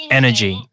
energy